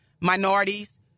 minorities